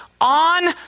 on